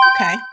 Okay